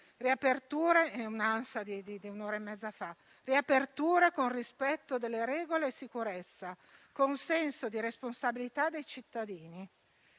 «riaperture con rispetto regole e sicurezza (...) con senso di responsabilità dei cittadini